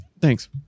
Thanks